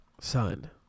son